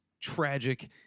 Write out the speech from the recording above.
tragic